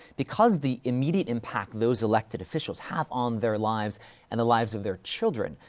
because the immediate impact those elected officials have on their lives and the lives of their children,